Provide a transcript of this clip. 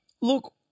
Look